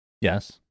yes